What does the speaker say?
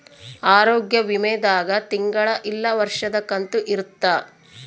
ಆರೋಗ್ಯ ವಿಮೆ ದಾಗ ತಿಂಗಳ ಇಲ್ಲ ವರ್ಷದ ಕಂತು ಇರುತ್ತ